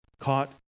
caught